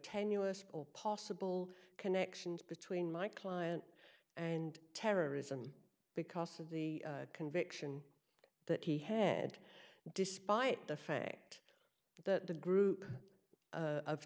tenuous all possible connections between my client and terrorism because of the conviction that he had despite the fact that the group of